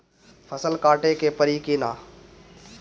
फसल काटे के परी कि न?